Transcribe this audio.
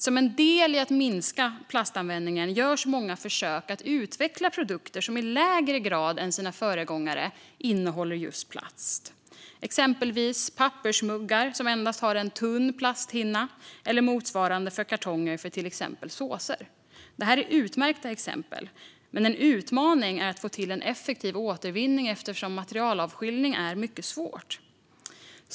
Som en del i att minska plastanvändningen görs många försök att utveckla produkter som i lägre grad än sina föregångare innehåller just plast. Det gäller exempelvis pappersmuggar som endast har en tunn plasthinna eller motsvarande för kartonger för till exempel såser. Det är utmärka exempel. Men en utmaning är att få till en effektiv återvinning eftersom materialavskiljning är mycket svårt.